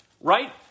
right